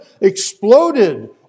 exploded